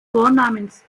vornamens